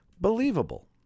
believable